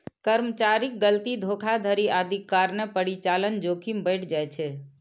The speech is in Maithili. कर्मचारीक गलती, धोखाधड़ी आदिक कारणें परिचालन जोखिम बढ़ि जाइ छै